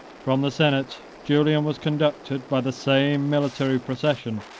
from the senate julian was conducted, by the same military procession,